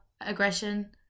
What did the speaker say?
aggression